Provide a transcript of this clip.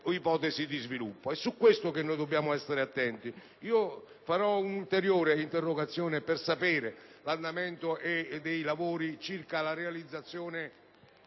ipotesi di sviluppo. Su questo punto dobbiamo essere attenti. Presenterò un'ulteriore interrogazione per conoscere l'andamento dei lavori circa la realizzazione